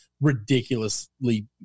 ridiculously